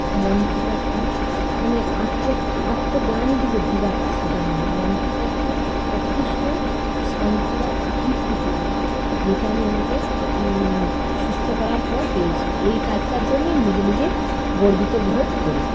মন থেকে একটা মানে আত্ম আত্মগ্লানিতে যে ভোগাটা সেটা নয় মন থেকে একটা যথেষ্ট শান্তি বা তৃপ্তি পাওয়া যায় যেটা আমি ওনাকে সুস্ত করার পর পেয়েছি এই কাজটার জন্য আমি নিজে নিজে গর্বিত বোধ করি